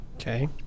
Okay